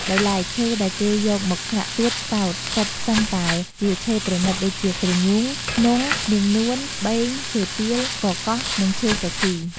ដោយឡែកឈើដែលគេយកមកឆ្លាក់ទៀតសោតសុទ្ធសឹងតែជាឈើប្រណិតដូចជា ក្រញូង ធ្នង់ នាងនួន បេង ឈើទាល កកោះ និងឈើគគី ។